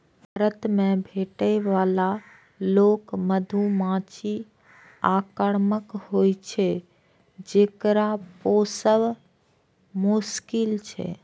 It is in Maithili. भारत मे भेटै बला रॉक मधुमाछी आक्रामक होइ छै, जेकरा पोसब मोश्किल छै